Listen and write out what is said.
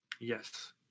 Yes